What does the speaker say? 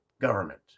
government